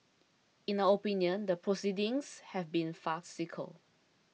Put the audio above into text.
in our opinion the proceedings have been farcical